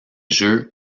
jeux